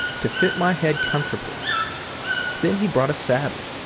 to fit my head comfortably then he brought a saddle,